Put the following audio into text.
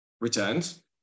returns